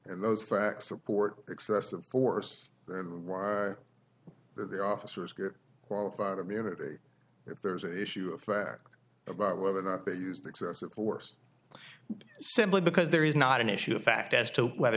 and those facts support excessive force and whine that the officers get qualified immunity if there's an issue of fact about whether or not they used excessive force simply because there is not an issue of fact as to whether